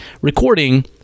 recording